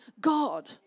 God